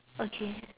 okay